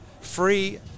free